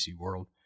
World